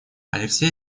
алексей